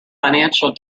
financial